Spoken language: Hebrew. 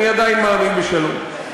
אני עדיין מאמין בשלום.